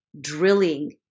drilling